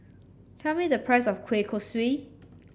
tell me the price of Kueh Kosui